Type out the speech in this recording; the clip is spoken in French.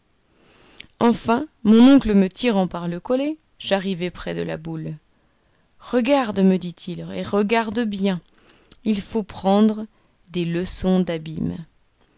enfin mon oncle me tirant par le collet j'arrivai près de la boule regarde me dit-il et regarde bien il faut prendre des leçons d'abîme